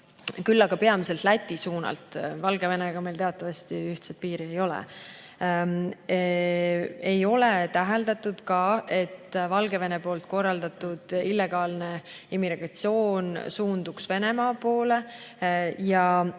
Küll aga peamiselt Läti suunalt, Valgevenega meil teatavasti ühist piiri ei ole. Ei ole täheldatud ka, et Valgevene korraldatud illegaalne immigratsioon suunduks Venemaa poole ja